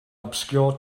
obscure